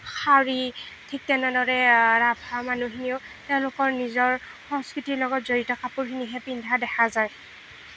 শাৰী ঠিক তেনেদৰে ৰাভা মানুহখিনিয়েও তেওঁলোকৰ নিজৰ সংস্কৃতিৰ লগত জড়িত কাপোৰখিনিহে পিন্ধা দেখা যায়